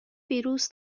ویروس